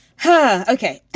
huh? ok